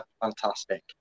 fantastic